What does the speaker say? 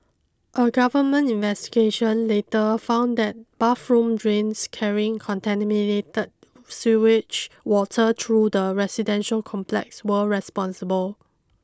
a government investigation later found that bathroom drains carrying contaminated sewage water through the residential complex were responsible